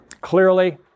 clearly